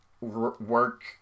work